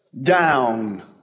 down